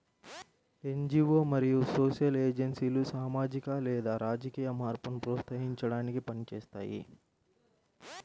NGO మరియు social ఏజెన్సీలు సామాజిక లేదా రాజకీయ మార్పును ప్రోత్సహించడానికి పని చేస్తాయి